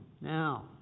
Now